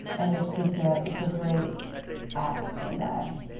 and it's just a, it's a great app for that.